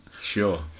Sure